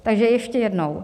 Takže ještě jednou.